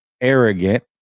arrogant